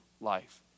life